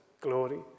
glory